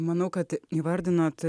manau kad įvardinot